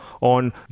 on